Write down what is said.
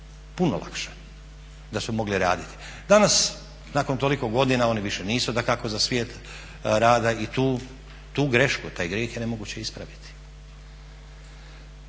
puno lakše da su mogli raditi. Danas nakon toliko godina oni više nisu dakako za svijet rada i tu grešku, taj grijeh je nemoguće ispraviti.